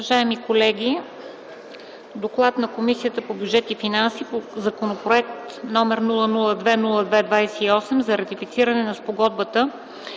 Уважаеми колеги! „ДОКЛАД на Комисията по бюджет и финанси по Законопроект № 002 02 28 за ратифициране на Спогодбата